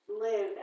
live